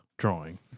drawing